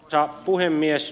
arvoisa puhemies